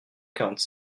quarante